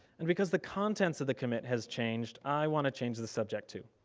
and because the contents of the commit has changed, i wanna change the subject too.